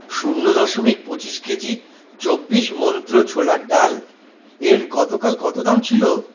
শূন্য দশমিক পঁচিশ কেজি চব্বিশ মন্ত্র ছোলার ডালের গতকাল কত দাম ছিল